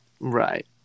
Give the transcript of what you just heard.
Right